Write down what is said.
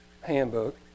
handbook